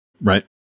Right